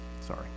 Sorry